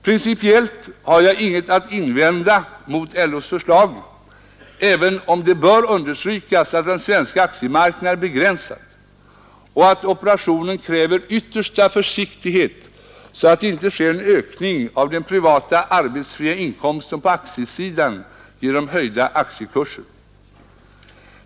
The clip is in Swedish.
Principiellt har jag inte något att invända mot LO:s förslag, även om det bör understrykas att den svenska aktiemarknaden är begränsad och att operationen kräver yttersta försiktighet så att det inte sker en ökning av den privata arbetsfria inkomsten på aktiesidan genom höjda aktiekurser.